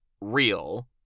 real